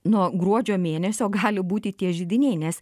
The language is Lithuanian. nuo gruodžio mėnesio gali būti tie židiniai nes